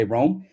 Rome